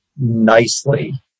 nicely